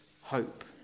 hope